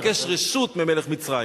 הוא מבקש רשות ממלך מצרים.